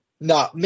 No